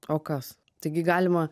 o kas taigi galima